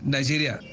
Nigeria